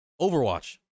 Overwatch